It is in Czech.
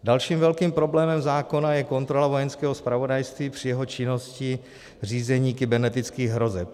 Dalším velkým problémem zákona je kontrola Vojenského zpravodajství při jeho činnosti řízení kybernetických hrozeb.